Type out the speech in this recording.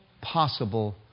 possible